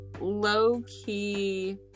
low-key